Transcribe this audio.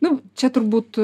nu čia turbūt